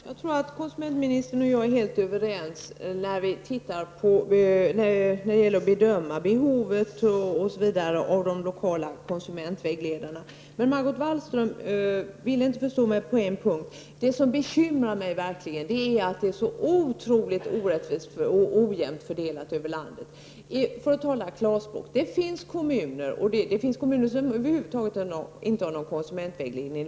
Herr talman! Jag tror att konsumentministern och jag är helt överens när det gäller att bedöma behovet av de lokala konsumentvägledarna. Men Margot Wallström förstår mig inte på en punkt. Det som verkligen bekymrar mig är att vägledningen är så otroligt ojämnt fördelad över landet. Det finns kommuner som över huvud taget inte har någon konsumentvägledning.